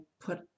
put